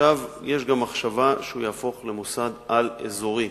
יש גם מחשבה שהוא יהפוך למוסד על-אזורי,